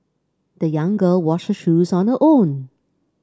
the young girl washed her shoes on her own